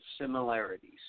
similarities